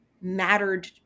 mattered